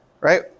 right